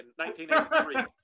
1983